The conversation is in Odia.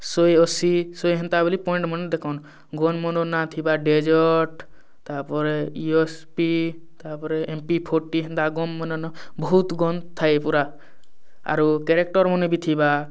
ଶହେ ଅଶି ଶହେ ହେନ୍ତା ବୋଲି ପଏଣ୍ଟ ମନେ ଦେଖନ ଗନ୍ ମାନର ନାଁ ଥିବା ଡେଜର୍ଟ ତା'ପରେ ଇଅସ୍ସି ତା'ପରେ ଏମ ପି ଫୋର୍ଟିନ୍ ହେନ୍ତା ଗନ୍ ମାନନ ବହୁତ ଗନ୍ ଥାଏ ପୁରା ଆର୍ କାରେକ୍ଟର୍ମାନେ ବି ଥିବା